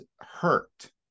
hurt